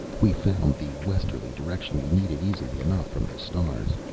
we found the westerly direction we needed easily enough from the stars.